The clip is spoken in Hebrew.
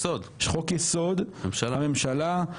חוק-יסוד: הממשלה,